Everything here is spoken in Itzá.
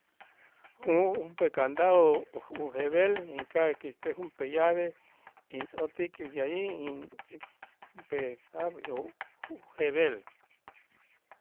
Jo'mo' junp'ee candado u- ujeb'el inka'aj käxtej junp'ee llave intzotik y de alli junp'ee ujeb'el